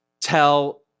tell